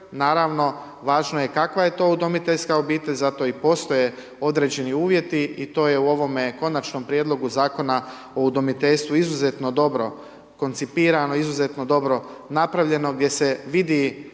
naravno, važno je kakva je to udomiteljska obitelj, zato i postoje određeni uvjeti i to je u ovome Konačnom prijedlogu Zakona o udomiteljstvu izuzetno dobro koncipirano, izuzetno dobro napravljeno, gdje se vidi